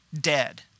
dead